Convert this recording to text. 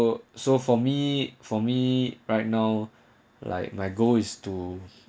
so so for me for me right now like my goal is to